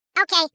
Okay